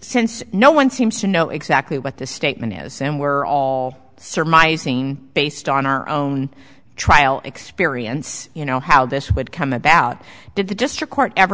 since no one seems to know exactly what the statement is and were all surmising based on our own trial experience you know how this would come about did the district court ever